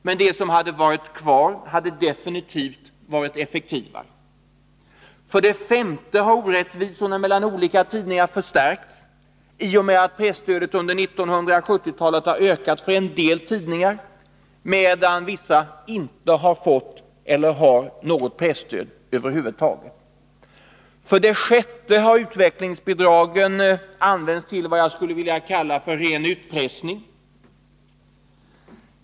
Men de som hade varit kvar hade definitivt varit effektivare. För det femte har orättvisorna mellan olika tidningar förstärkts i och med att presstödet under 1970-talet har ökat för en del tidningar medan vissa inte haft eller har något presstöd över huvud taget. För det sjätte har utvecklingsbidragen använts till vad jag skulle vilja kalla för utpressning.